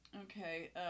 okay